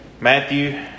Matthew